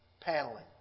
paneling